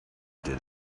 did